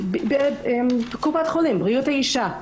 קופת חולים, בריאות האישה.